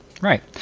right